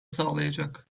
sağlayacak